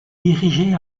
dirigé